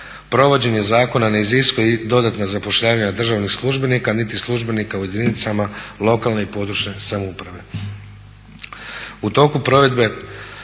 U toku provedbe